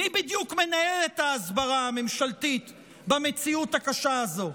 מי בדיוק מנהל את ההסברה הממשלתית במציאות הקשה הזאת?